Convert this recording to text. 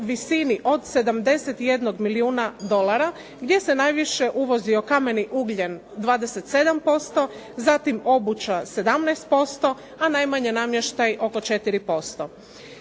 visini od 71 milijuna dolara gdje se najviše uvozio kameni ugljen 27%, zatim obuća 17%, a najmanje namještaj oko 4%.